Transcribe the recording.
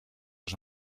als